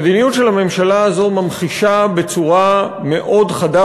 המדיניות של הממשלה הזאת ממחישה בצורה מאוד חדה